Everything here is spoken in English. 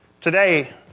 today